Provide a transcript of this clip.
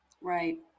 right